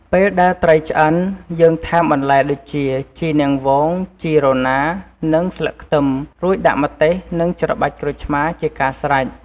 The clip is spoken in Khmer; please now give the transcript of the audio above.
ពេលដែលត្រីឆ្អឹងយើងថែមបន្លែដូចជា ជីនាងវង ជីរណា និងស្លឹកខ្ទឹម រួចដាក់ម្ទេសនិងច្របាច់ក្រូចឆ្មាជាការស្រេច។